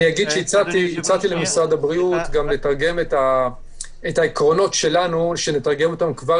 הצעתי למשרד הבריאות שנתרגם את העקרונות שלנו כבר